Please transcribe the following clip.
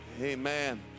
Amen